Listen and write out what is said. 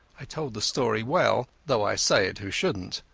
i told the story well, though i say it who shouldnat.